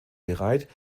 bereit